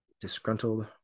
Disgruntled